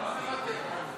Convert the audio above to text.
לא מוותר.